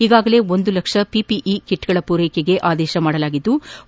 ಈಗಾಗಲೇ ಒಂದು ಲಕ್ಷ ಪಿಪಿಇ ಕಿಟ್ಗಳ ಪೂರೈಕೆಗೆ ಆದೇಶ ಮಾಡಲಾಗಿದ್ಲು